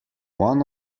one